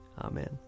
Amen